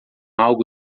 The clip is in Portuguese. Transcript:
algo